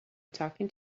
talking